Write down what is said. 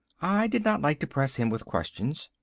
i did not like to press him with questions.